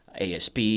ASP